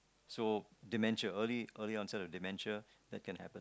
so dementia early onset dementia that can happen